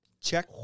check